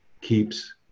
keeps